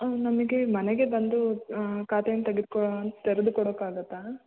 ನಮಗೆ ಮನೆಗೆ ಬಂದು ಖಾತೆಯನ್ನು ತೆಗೆದುಕೋ ತೆರೆದುಕೊಡೊಕ್ಕಾಗುತ್ತಾ